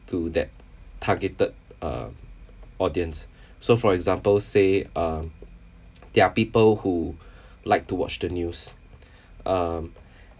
to that targeted uh audience so for example say um there are people who like to watch the news um